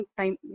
time